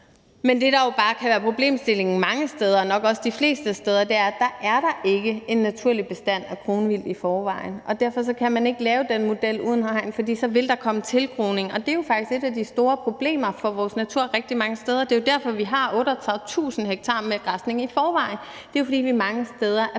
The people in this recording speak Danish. Det, der bare kan være problemstillingen mange steder, og nok også de fleste steder, er, at der ikke er en naturlig bestand af kronvildt i forvejen, og derfor kan man ikke lave den model uden hegn, for så vil der komme tilgroning. Det er jo faktisk et af de store problemer for vores natur rigtig mange steder. Det er jo derfor, at vi i forvejen har 38.000 ha med græsning. Det er jo, fordi mange steder er